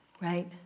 right